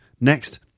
next